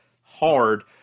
hard